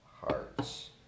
hearts